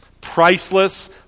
priceless